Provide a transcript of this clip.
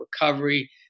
recovery